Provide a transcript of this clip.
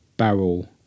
barrel